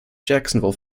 jacksonville